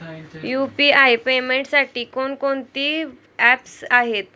UPI पेमेंटसाठी कोणकोणती apps आहेत?